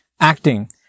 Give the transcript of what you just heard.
Acting